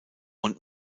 und